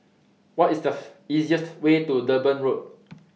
What IS The easiest Way to Durban Road